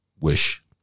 Wish